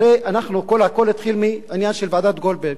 הרי הכול התחיל מהעניין של ועדת-גולדברג.